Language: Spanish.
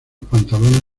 pantalones